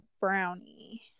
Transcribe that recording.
brownie